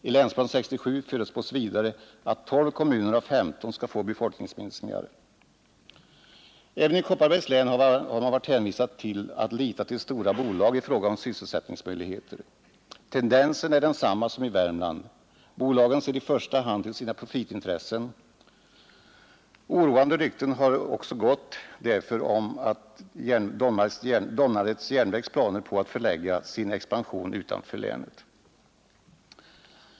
I Länsplan 67 förutspås vidare att 12 kommuner av 15 kommer att få notera befolkningsminskningar. Även i Kopparbergs län har man i fråga om sysselsättningsmöjligheter varit hänvisad till att lita till stora bolag. Tendensen är densamma som i Värmland: bolagen ser i första hand till sina profitintressen. Oroande rykten har gått om Domnarvets järnverks planer på att förlägga sin expansion utanför länet.